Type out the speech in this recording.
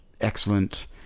excellent